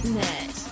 .net